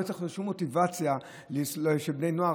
לא יצטרכו שום מוטיבציה של בני נוער.